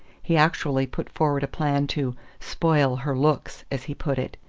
he actually put forward a plan to spoil her looks as he put it.